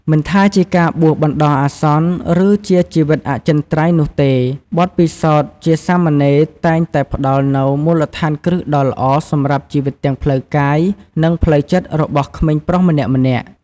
មិនថាជាការបួសបណ្ដោះអាសន្ន ឬជាជីវិតអចិន្ត្រៃយ៍នោះទេ បទពិសោធន៍ជាសាមណេរតែងតែផ្ដល់នូវមូលដ្ឋានគ្រឹះដ៏ល្អសម្រាប់ជីវិតទាំងផ្លូវកាយ និងផ្លូវចិត្តរបស់ក្មេងប្រុសម្នាក់ៗ។